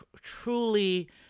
truly